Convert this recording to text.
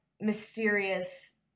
mysterious